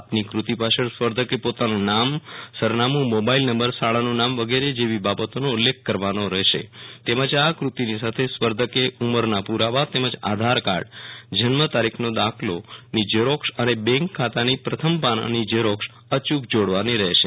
આપની કૃતિ પાછળ સ્પર્ધકે પોતાનું નામ સરનામું મોબાઇલ નંબર શાળાનું નામ વગેરે જેવી બાબતોનો ઉલ્લેખ કરવાનો રહેશે તેમજ આ ક્રતિની સાથે સ્પર્ધકે ઉંમરના પુરાવા તરીકે આધારકાર્ડજન્મ તારીખનો દાખલો ની ઝેરોક્ષ ને બેન્ક ખાતાની પ્રથમ પાનાની ઝેરોક્ષ યૂક જોડવાની રહેશે